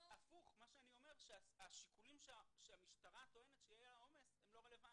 נו מה שאני אומר ששיקולי העומס של המשטרה אינם רלוונטיים,